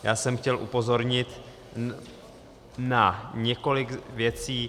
Já jsem chtěl upozornit na několik věcí.